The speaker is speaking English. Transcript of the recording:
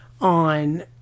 on